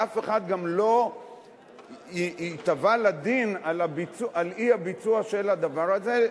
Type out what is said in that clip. ואף אחד גם לא ייתבע לדין על אי-ביצוע של הדבר הזה,